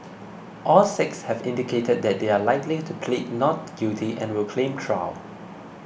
all six have indicated that they are likely to plead not guilty and will claim trial